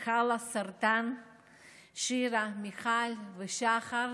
חלאסרטן שירה, מיכל ושחר.